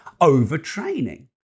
overtraining